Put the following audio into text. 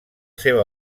seva